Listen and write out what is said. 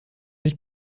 sich